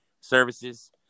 services